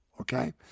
okay